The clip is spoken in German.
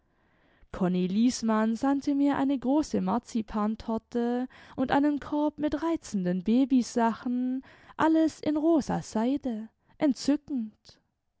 konni liesmann sandte mir eine große marzipantorte und einen korb mit reizenden babysachen alles in rosa seide entzückend